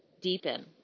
deepen